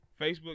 Facebook